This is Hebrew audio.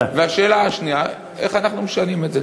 השאלה השנייה: איך אנחנו משנים את זה?